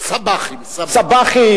שב"חים, שב"חים.